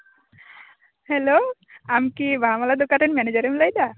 hello ᱟᱢ ᱠᱤ ᱵᱟᱦᱟ ᱢᱟᱞᱟ ᱫᱚᱠᱟᱱ ᱨᱮᱱ ᱢᱮᱱᱮᱡᱟᱨᱮᱢ ᱞᱟᱹᱭ ᱮᱫᱟ